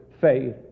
faith